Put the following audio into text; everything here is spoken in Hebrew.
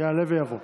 יעלה ויבוא.